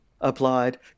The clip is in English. Applied